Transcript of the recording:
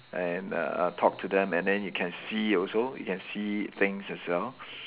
and uh uh talk to them and then you can see also you can see things as well